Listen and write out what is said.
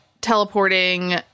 teleporting